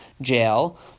jail